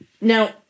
Now